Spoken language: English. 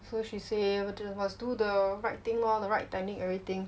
so she say must do the right thing lor the right technique everything